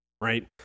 Right